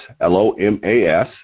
L-O-M-A-S